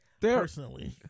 personally